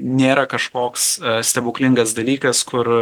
nėra kažkoks stebuklingas dalykas kur